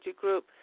Group